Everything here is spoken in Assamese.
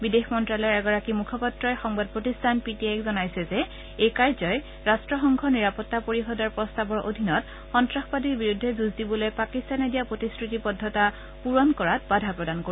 বিদেশ মন্তালয়ৰ এগৰাকী মুখপাত্ৰই সংবাদ প্ৰতিষ্ঠান পি টি আইক জনাইছে যে এই কাৰ্যই ৰাষ্ট্ৰসংঘৰ নিৰাপত্তা পৰিষদৰ প্ৰস্তাৱৰ অধীনত সন্তাসবাদীৰ বিৰুদ্ধে যুঁজ দিবলৈ পাকিস্তানে দিয়া প্ৰতিশ্ৰুতিবদ্ধতা পূৰণ কৰাত বাধা প্ৰদান কৰিব